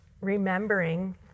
remembering